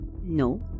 No